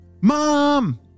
Mom